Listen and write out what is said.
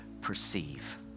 perceive